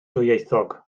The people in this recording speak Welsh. dwyieithog